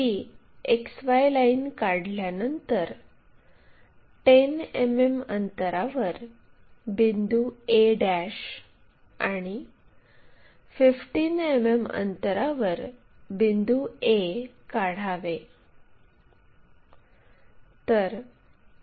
ही XY line काढल्यानंतर 10 मिमी अंतरावर बिंदू a आणि 15 मिमी अंतरावर बिंदू a काढावे